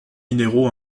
minéraux